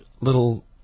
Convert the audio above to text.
little